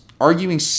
Arguing